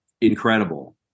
incredible